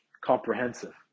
comprehensive